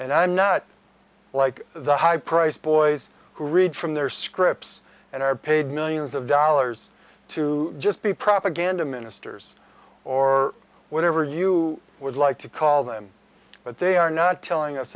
and i'm not like the high priced boys who read from their scripts and are paid millions of dollars to just be propaganda ministers or whatever you would like to call them but they are not telling us